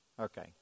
Okay